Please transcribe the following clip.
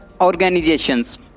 organizations